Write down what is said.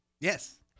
Yes